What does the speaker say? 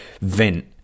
vent